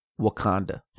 Wakanda